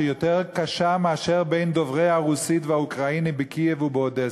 שהיא יותר קשה מאשר בין דוברי הרוסית והאוקראינים בקייב ובאודסה,